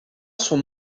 son